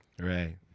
Right